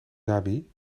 dhabi